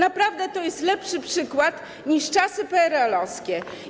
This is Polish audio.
To naprawdę jest lepszy przykład, niż czasy PRL-owskie.